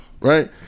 right